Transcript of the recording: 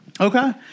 Okay